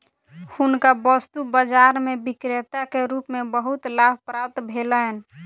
हुनका वस्तु बाजार में विक्रेता के रूप में बहुत लाभ प्राप्त भेलैन